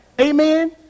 Amen